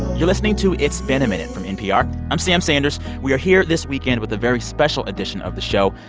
you're listening to it's been a minute from npr. i'm sam sanders. we are here this weekend with a very special edition of the show,